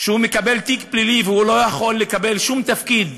שהוא מקבל תיק פלילי והוא לא יכול לקבל שום תפקיד